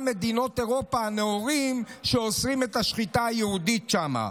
מדינות אירופה הנאורות שאוסרות את השחיטה היהודית שם.